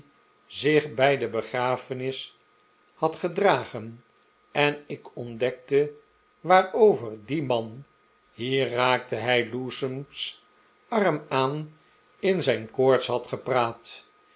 zich bij de begrafenis had gedragen en ik ontdekte waarover d i e man hier raakte hij lewsome's arm aan in zijn koorts had gepraat